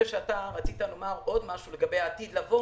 רצית לומר עוד משהו לגבי העתיד לבוא